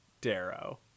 darrow